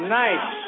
nice